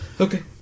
Okay